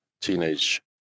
teenage